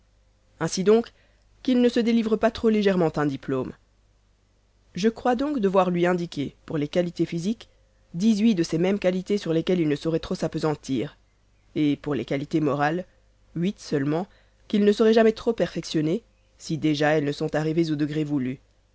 ainsi donc qu'il ne se délivre pas trop légèrement un diplôme je crois donc devoir lui indiquer pour les qualités physiques dix-huit de ces mêmes qualités sur lesquelles il ne saurait trop s'appesantir et pour les qualités morales huit seulement qu'il ne saurait jamais trop perfectionner si déjà elles ne sont arrivées au degré voulu